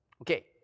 Okay